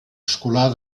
escolar